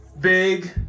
Big